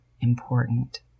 important